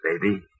baby